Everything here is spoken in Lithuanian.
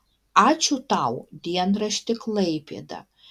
ačiū tau dienrašti klaipėda